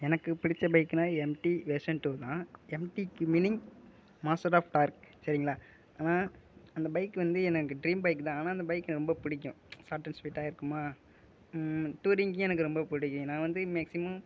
எனக்கு பிடித்த பைக்னால் எம்டி வெர்ஷன் டூ தான் எம்டிக்கு மீனிங் மாஸ்டர் ஆஃப் டார்க் சரிங்களா அந்த பைக் வந்து எனக்கு ட்ரீம் பைக் தான் ஆனால் அந்த பைக் எனக்கு ரொம்ப பிடிக்கும் சார்ட் அண்ட் ஸ்வீட்டாக இருக்குமா டூரிங்க்கும் எனக்கு ரொம்ப பிடிக்கும் நான் வந்து மேக்ஸிமம்